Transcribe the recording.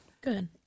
Good